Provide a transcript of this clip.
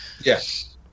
yes